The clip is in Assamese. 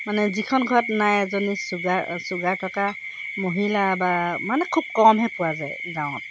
মানে যিখন ঘৰত নাই এজনী চুগাৰ চুগাৰ থকা মহিলা বা মানে খুব কমহে পোৱা যায় গাঁৱত